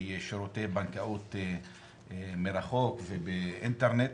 בשירותי בנקאות מרחוק ובאינטרנט,